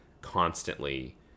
constantly